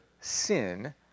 sin